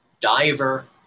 diver